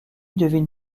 devine